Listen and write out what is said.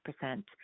percent